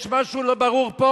יש משהו לא ברור פה?